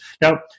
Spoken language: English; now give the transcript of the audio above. Now